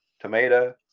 tomato